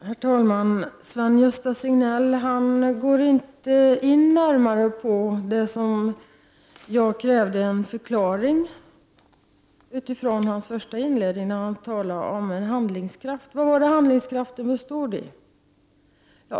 Herr talman! Sven-Gösta Signell går inte närmare in på det som jag krävde en förklaring av i hans första inlägg, då han talade om handlingskraft. Vad bestod denna handlingskraft i?